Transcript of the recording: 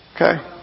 Okay